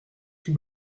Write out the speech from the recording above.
que